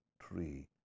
tree